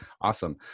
Awesome